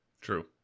True